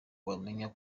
wamenya